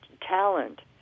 talent